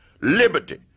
liberty